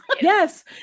Yes